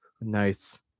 nice